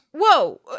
whoa